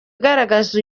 igaragaza